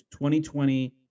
2020